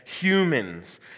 humans